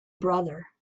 brother